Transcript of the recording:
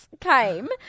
came